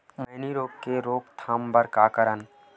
मैनी रोग के रोक थाम बर का करन?